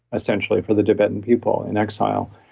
essentially, for the tibetan people in exile.